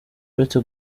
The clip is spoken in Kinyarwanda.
uretse